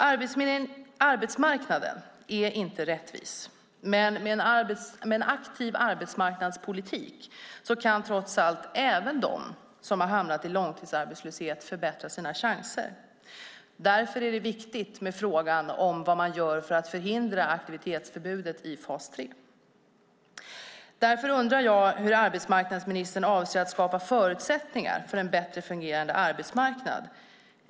Arbetsmarknaden är inte rättvis, men med en aktiv arbetsmarknadspolitik kan trots allt även de som har hamnat i långtidsarbetslöshet förbättra sina chanser. Därför är frågan om vad man gör för att förhindra aktivitetsförbudet i fas 3 viktig. Jag undrar hur arbetsmarknadsministern avser att skapa förutsättningar för en bättre fungerande arbetsmarknad.